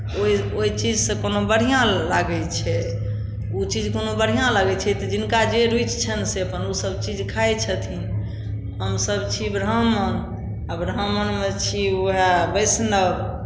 ओहि ओहि चीजसँ कोनो बढ़िआँ लागै छै ओ चीज कोनो बढ़िआँ लागै छै तऽ जिनका जे रूचि छनि से अपन ओसभ चीज खाइ छथिन हमसभ छी ब्राह्मण आ ब्राह्मणमे छी उएह वैष्णव